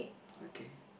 okay